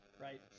right